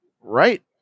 Right